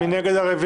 מי נגד?